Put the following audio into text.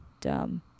dumb